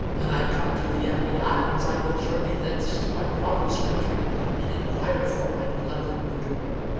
when i come to the ebony islands i will journey thence to my father's country and enquire for my beloved budur.